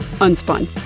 Unspun